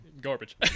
garbage